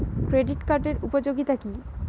Credit কার্ডের উপযোগিতা কি?